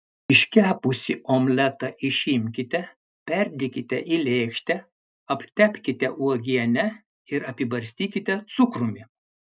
iškepusį omletą išimkite perdėkite į lėkštę aptepkite uogiene ir apibarstykite cukrumi